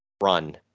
run